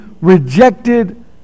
rejected